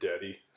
daddy